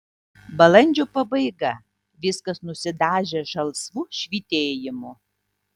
balandžio pabaiga viskas nusidažę žalsvu švytėjimu